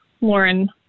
Lauren